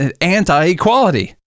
anti-equality